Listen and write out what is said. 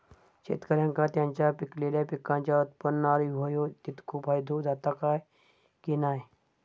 शेतकऱ्यांका त्यांचा पिकयलेल्या पीकांच्या उत्पन्नार होयो तितको फायदो जाता काय की नाय?